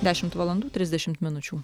dešimt valandų trisdešimt minučių